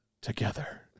together